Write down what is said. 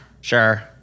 Sure